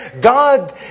God